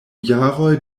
jaroj